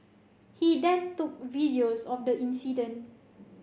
he then took videos of the incident